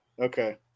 Okay